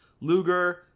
Luger